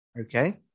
Okay